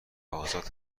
آزاد